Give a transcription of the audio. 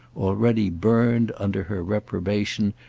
already burned, under her reprobation,